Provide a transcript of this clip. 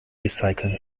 recyceln